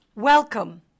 Welcome